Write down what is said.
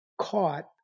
caught